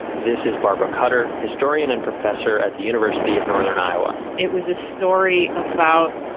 this is barbara cutter, historian and professor at the university of northern iowa. it was a story about